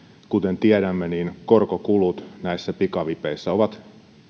kuten tiedämme korkokulut pikavipeissä ovat